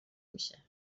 میشه